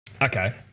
Okay